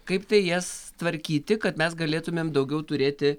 kaip tai jas tvarkyti kad mes galėtumėm daugiau turėti